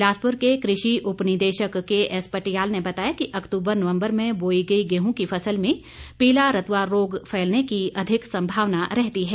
बिलासपुर के कृषि उपनिदेशक के एस पटियाल ने बताया कि अक्तुबर नवम्बर में बोई गई गेहूं की फसल में पीला रतुआ रोग फैलने की अधिक संभावना रहती है